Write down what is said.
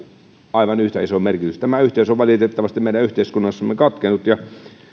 aivan yhtä iso merkitys tämä yhteys on valitettavasti meidän yhteiskunnassamme katkennut ja